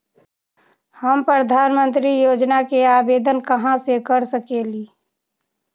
हम प्रधानमंत्री योजना के आवेदन कहा से कर सकेली?